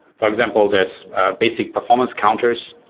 for example, there's basic performance counters.